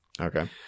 Okay